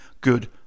good